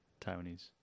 Taiwanese